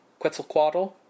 Quetzalcoatl